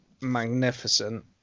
magnificent